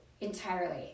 entirely